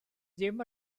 ddim